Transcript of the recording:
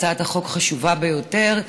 הצעת חוק חשובה ביותר,